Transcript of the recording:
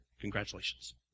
Congratulations